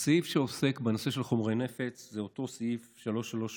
הסעיף שעוסק בנושא של חומרי נפץ זה אותו סעיף 338(א)(5):